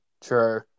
True